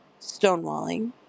stonewalling